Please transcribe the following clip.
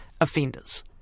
offenders